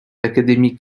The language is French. l’académie